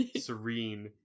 serene